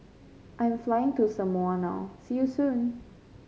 I'm flying to Samoa now see you soon